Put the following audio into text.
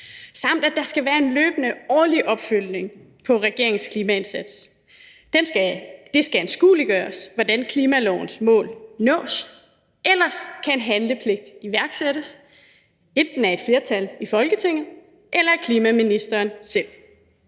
samt at der skal være en løbende årlig opfølgning på regeringens klimaindsats. Det skal anskueliggøres, hvordan klimalovens mål nås, ellers kan en handlepligt iværksættes, enten af et flertal i Folketinget eller af klimaministeren selv.